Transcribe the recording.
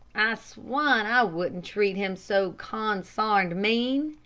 i swan i wouldn't treat him so con-sarned mean!